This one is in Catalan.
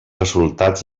resultats